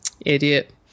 Idiot